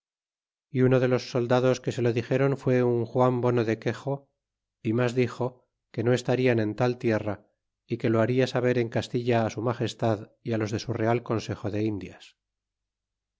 y uno de los soldados que se lo dixdron fué un juan bono de quexo y mas dixo que no estarian en tal tierra y que lo baria saber en castilla ti su magestad y los de su real consejo de indias